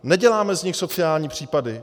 Neděláme z nich sociální případy.